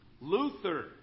Luther